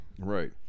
Right